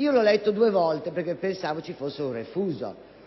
L’ho letto due volte perche´ pensavo vi fosse un refuso,